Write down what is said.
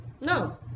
No